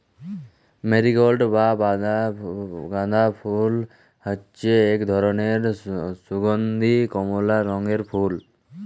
marigold বা গাঁদা ফুল হচ্যে এক ধরলের সুগন্ধীয় কমলা রঙের ফুল